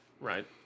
Right